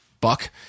Buck